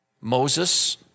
Moses